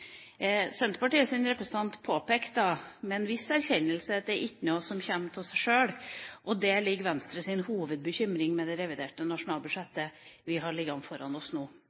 representant påpekte med en viss erkjennelse at «det e itjnå som kjem tå sæ sjøl», og der ligger Venstres hovedbekymring for det reviderte nasjonalbudsjettet vi har liggende foran oss nå.